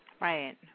right